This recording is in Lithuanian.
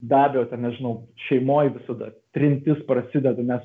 be abejo ten nežinau šeimoj visada trintis prasideda nes